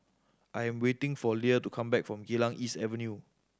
I am waiting for Leia to come back from Geylang East Avenue